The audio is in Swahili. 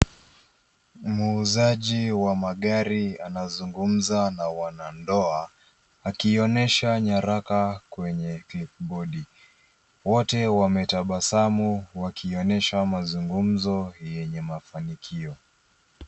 Muuzaji wa magari anazungumza na wanandoa, akionesha nyaraka kwenye clipboard . Wote wametabasamu wakionesha mazungumzo yenye mafanikio.